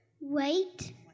wait